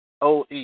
OE